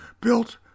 built